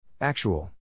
Actual